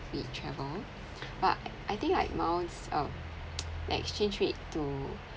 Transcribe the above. we travel but I think like miles um exchange it to